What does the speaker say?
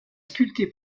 sculpté